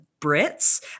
Brits